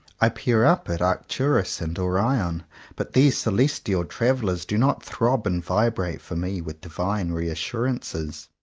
i peer up at arcturus and orion but these celestial travellers do not throb and vibrate for me with divine reassurances.